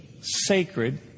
sacred